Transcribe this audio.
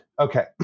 okay